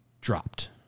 dropped